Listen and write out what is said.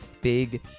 big